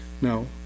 no